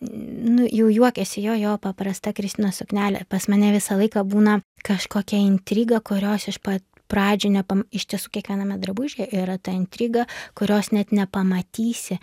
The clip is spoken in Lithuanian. nu jau juokiasi jo jo paprasta kristinos suknelė pas mane visą laiką būna kažkokia intriga kurios iš pat pradžių nepam iš tiesų kiekviename drabužyje yra ta intriga kurios net nepamatysi